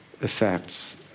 effects